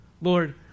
lord